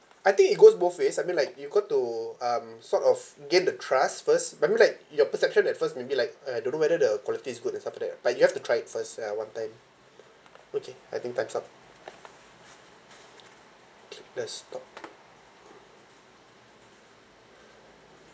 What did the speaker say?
I think it goes both ways I mean like you got to um sort of gain the trusts first I mean like your perception at first maybe like uh don't know whether the quality is good and something like that but you have to try it first ya one time okay I think time's up okay let's stop